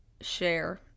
share